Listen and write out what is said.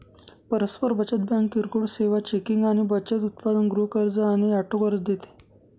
परस्पर बचत बँक किरकोळ सेवा, चेकिंग आणि बचत उत्पादन, गृह कर्ज आणि ऑटो कर्ज देते